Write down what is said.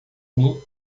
mim